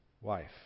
wife